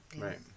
Right